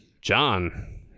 John